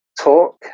talk